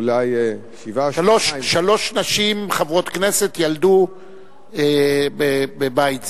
אולי שבעה, שלוש נשים חברות כנסת ילדו בבית זה.